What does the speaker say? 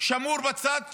שמור בצד